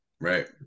right